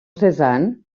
cézanne